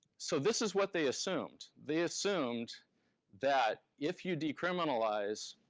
so this is what they assumed. they assumed that if you decriminalize,